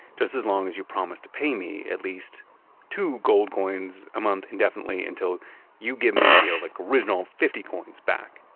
just as long as you promise to pay me at least two gold coins a month indefinitely until you give me the like original fifty coins back?